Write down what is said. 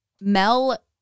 Mel